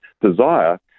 desire